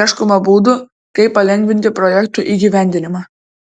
ieškoma būdų kaip palengvinti projektų įgyvendinimą